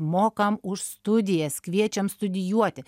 mokam už studijas kviečiam studijuoti